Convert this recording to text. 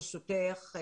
ברשותך,